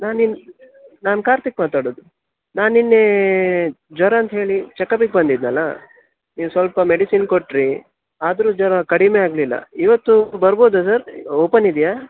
ನಾ ಕಾರ್ತಿಕ್ ಮಾತಾಡುದು ನಾನು ನಿನ್ನೆ ಜ್ವರ ಅಂತ್ಹೇಳಿ ಚಕಪಿಗೆ ಬಂದಿದ್ನಲ್ಲಾ ನೀವು ಸ್ವಲ್ಪ ಮೆಡಿಸಿನ್ ಕೊಟ್ಟಿರಿ ಆದರೂ ಜ್ವರ ಕಡಿಮೆ ಆಗಲಿಲ್ಲ ಇವತ್ತು ಬರ್ಬೋದ ಸರ್ ಓಪನ್ ಇದೆಯಾ